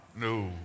No